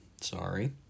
Sorry